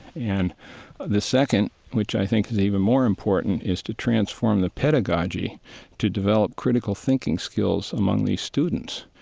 and the second, which i think is even more important, is to transform the pedagogy to develop critical thinking skills among these students.